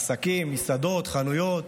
עסקים, מסעדות, חנויות.